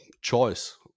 choice